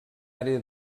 àrea